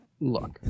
Look